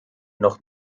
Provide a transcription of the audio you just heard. noch